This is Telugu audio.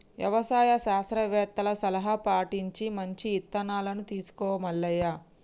యవసాయ శాస్త్రవేత్తల సలహా పటించి మంచి ఇత్తనాలను తీసుకో మల్లయ్య